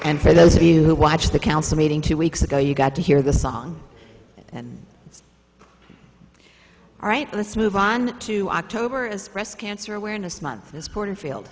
and for those of you who watch the council meeting two weeks ago you got to hear the song and it's all right let's move on to october is breast cancer awareness month this porterfield